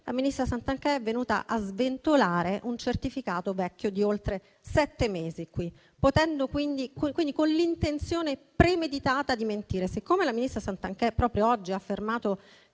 la ministra Santanchè è venuta a sventolare un certificato vecchio di oltre sette mesi, con l'intenzione premeditata di mentire. Siccome la ministra Santanchè proprio oggi ha affermato